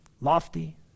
lofty